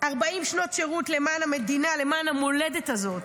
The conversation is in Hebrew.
שירות למען המדינה, למען המולדת הזו,